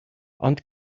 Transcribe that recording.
ond